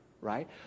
right